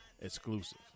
Exclusive